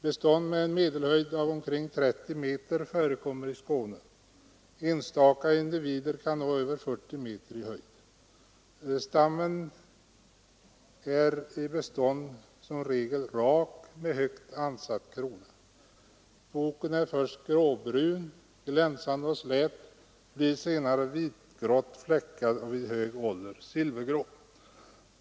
Bestånd med en medelhöjd av omkring 30 meter förekommer i Skåne. Enstaka individer kan nå över 40 meter i höjd. Stammen är i bestånd som regel rak med högt ansatt krona. Boken är först gråbrun, glänsande och slät, blir senare vitgrått fläckad och vid hög ålder silvergrå.